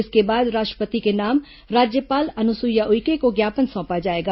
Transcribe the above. इसके बाद राष्ट्रपति के नाम राज्यपाल अनुसुईया उइके को ज्ञापन सौंपा जाएगा